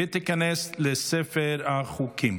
ותיכנס לספר החוקים.